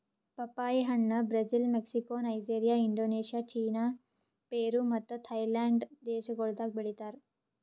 ಪಪ್ಪಾಯಿ ಹಣ್ಣ್ Brazil, Mexico, Nigeria, Indonesia, China, Peru ಮತ್ತ ಥೈಲ್ಯಾಂಡ್ ದೇಶಗೊಳ್ದಾಗ್ ಬೆಳಿತಾರ್